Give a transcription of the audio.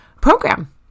program